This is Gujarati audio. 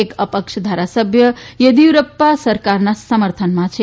એક અપક્ષ ધારાસભ્ય યેદિયુરપ્પા સરકારના સમર્થનમાં છે